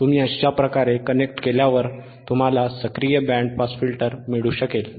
तुम्ही अशा प्रकारे कनेक्ट केल्यावर तुम्हाला सक्रिय बँड पास फिल्टर मिळू शकेल